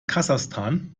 kasachstan